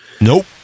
Nope